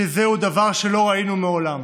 שזה דבר שלא ראינו מעולם.